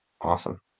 Awesome